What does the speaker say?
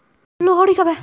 लोहड़ी कब है?